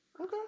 Okay